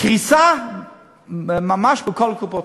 קריסה ממש בכל קופות-החולים.